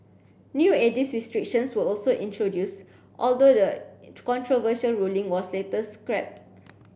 new ageist restrictions were also introduced although the controversial ruling was later scrapped